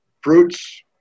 fruits